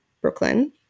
Brooklyn